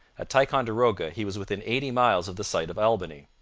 at ticonderoga he was within eighty miles of the site of albany.